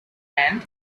and